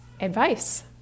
advice